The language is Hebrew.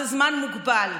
זה זמן מוגבל.